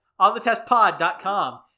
Onthetestpod.com